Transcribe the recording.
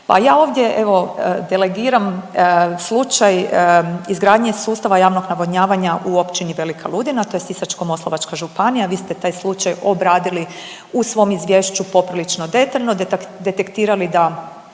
pa ja ovdje, evo, delegiram slučaj izgradnje sustava javnog navodnjavanja u općini Velika Ludina, to je Sisačko-moslavačka županija, vi ste taj slučaj obradili u svom izvješću poprilično detaljno, detektirali da